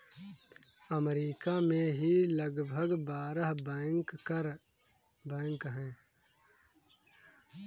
अमरीका में ही लगभग बारह बैंकर बैंक हैं